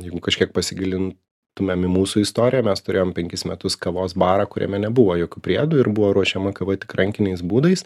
jeigu kažkiek pasigilintumėm į mūsų istoriją mes turėjom penkis metus kavos barą kuriame nebuvo jokių priedų ir buvo ruošiama kava tik rankiniais būdais